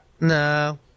No